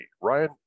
ryan